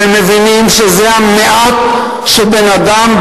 שמבינים שזה המעט שבן-אדם,